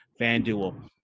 FanDuel